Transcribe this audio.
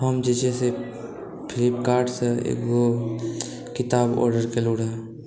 हम जे छै से फ्लिपकार्टसँ एगो किताब आर्डर केलहुँ रहए